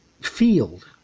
field